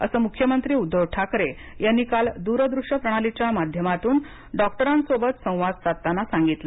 असं मुख्यमंत्री उध्दव ठाकरे यांनी काल दुरद्रष्य प्रणालीच्या माध्यमातून डॉक्टरांसोबत संवाद साधताना सांगितलं